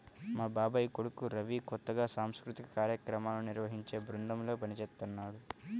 మా బాబాయ్ కొడుకు రవి కొత్తగా సాంస్కృతిక కార్యక్రమాలను నిర్వహించే బృందంలో పనిజేత్తన్నాడు